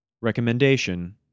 Recommendation